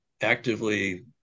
actively